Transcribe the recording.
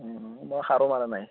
মই সাৰো মাৰা নাই